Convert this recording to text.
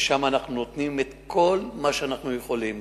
ושם אנחנו נותנים את כל מה שאנחנו יכולים.